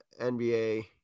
NBA